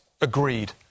agreed